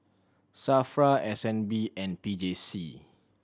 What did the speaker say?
SAFRA S N B and P J C